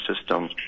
system